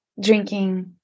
drinking